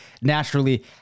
naturally